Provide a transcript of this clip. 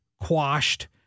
quashed